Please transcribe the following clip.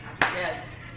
Yes